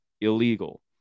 illegal